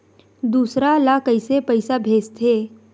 दूसरा ला कइसे पईसा भेजथे?